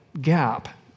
gap